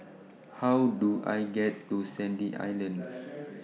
How Do I get to Sandy Island